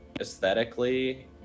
aesthetically